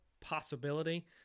possibility